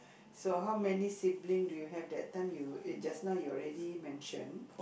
so how many sibling do you have that time you eh just now you already mention